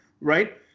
right